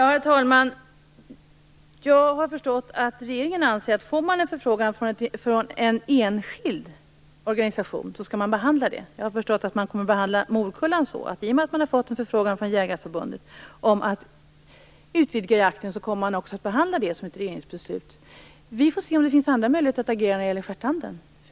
Herr talman! Jag har förstått att regeringen anser att om man får en förfrågan från en enskild organisation skall man behandla den. Jag har förstått att regeringen kommer att behandla frågan om morkullan så - i och med att regeringen fått en förfrågan från Jägarförbundet om att utvidga jakten kommer den också att behandlas som ett regeringsbeslut. Vi får se om det finns andra möjligheter att agera när det gäller stjärtanden.